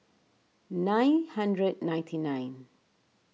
nine hundred ninety nine